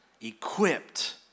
equipped